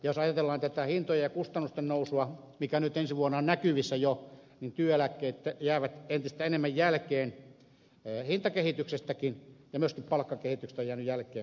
jos ajatellaan hintojen ja kustannusten nousua mikä ensi vuonna on jo näkyvissä niin työeläkkeet jäävät entistä enemmän jälkeen hintakehityksestä ja myöskin palkkakehityksestä